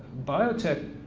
biotech,